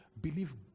Believe